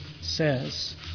says